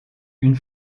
une